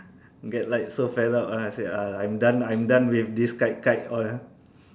get like so fed up ah I said ah I'm done I'm done with this kite kite all ah